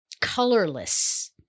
colorless